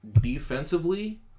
defensively